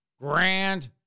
grand